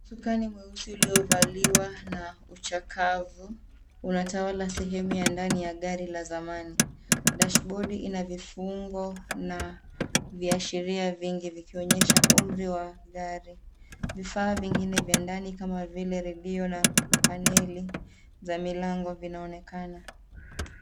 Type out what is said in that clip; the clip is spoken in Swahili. Usukani mweusi uliovaliwa na uchakavu unatawala sehemu ya ndani ya gari la zamani. Dashibodi ina vifungo na viashiria vingi vikionyesha umri wa gari. Vifaa vingine vya ndani kama vile redio na paneli za milango vinaonekana.